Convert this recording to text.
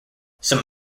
some